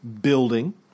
building